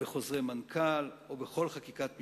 בחוזרי מנכ"ל או בכל חקיקת משנה,